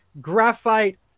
graphite